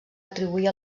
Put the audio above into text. atribuir